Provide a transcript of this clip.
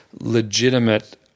legitimate